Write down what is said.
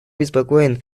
обеспокоен